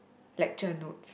lecture notes